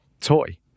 toy